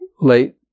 late